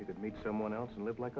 you could meet someone else and live like